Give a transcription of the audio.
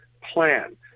plan